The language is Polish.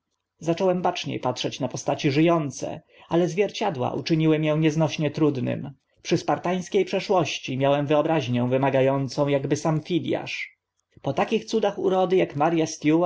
zacząłem bacznie patrzeć na postaci ży ące ale zwierciadła uczyniły mię nieznośnie trudnym przy spartańskie przeszłości miałem wyobraźnię wymaga ącą akby aki fidiasz po takich cudach urody ak maria